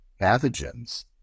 pathogens